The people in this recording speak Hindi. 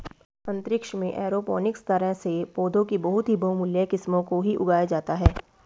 अंतरिक्ष में एरोपोनिक्स तरह से पौधों की बहुत ही बहुमूल्य किस्मों को ही उगाया जाता है